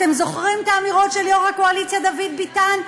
אתם זוכרים את האמירות של יו"ר הקואליציה דוד ביטן?